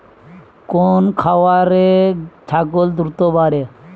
কোন খাওয়ারে ছাগল দ্রুত বাড়ে?